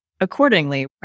accordingly